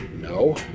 No